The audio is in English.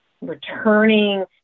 returning